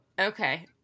okay